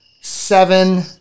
seven